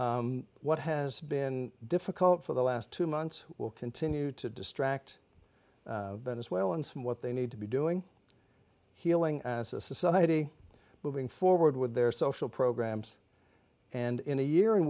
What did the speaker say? months what has been difficult for the last two months will continue to distract them as well and some what they need to be doing healing as a society moving forward with their social programs and in a year in